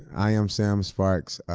i am sam sparks,